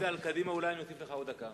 אם זה על קדימה, אולי אני אוסיף לך עוד דקה.